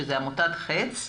שזו עמותת חץ,